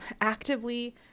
actively